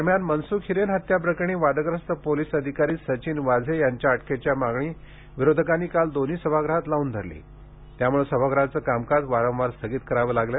दरम्यान मनसुख हिरेन हत्या प्रकरणी वादग्रस्त पोलीस अधिकारी सचिन वाझे यांच्या अटकेच्या मागणी विरोधकांनी काल दोन्ही सभागृहात लावून धरली त्यामुळे सभागृहांचे कामकाज वारंवार तहकूब करावे लागले